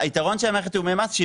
היתרון של מערכת תיאומי המס הוא שהיא